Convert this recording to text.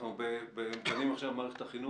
אנחנו דנים עכשיו במערכת החינוך.